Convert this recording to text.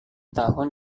tahun